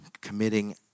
committing